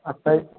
आता जे